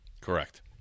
Correct